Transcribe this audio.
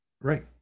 Right